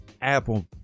Apple